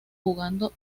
jugando